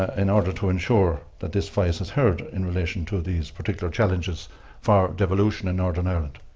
ah in order to ensure that this voice is heard in relation to these particular challenges for devolution in northern ireland.